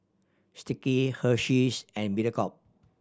Sticky Hersheys and Mediacorp